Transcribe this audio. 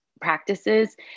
practices